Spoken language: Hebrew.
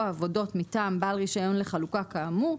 עבודות מטעם בעל רישיון לחלוקה כאמור,